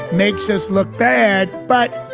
makes us look bad. but